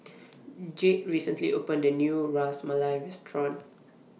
Jayde recently opened A New Ras Malai Restaurant